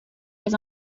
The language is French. les